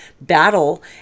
battle